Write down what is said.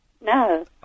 No